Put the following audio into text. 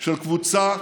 של קבוצה